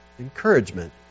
Encouragement